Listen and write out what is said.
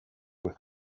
with